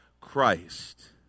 Christ